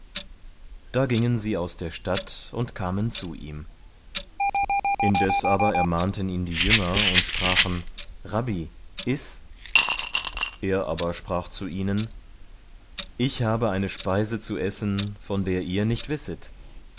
da gingen sie aus der stadt und kamen zu ihm indes aber ermahnten ihn die jünger und sprachen rabbi iß er aber sprach zu ihnen ich habe eine speise zu essen von der ihr nicht wisset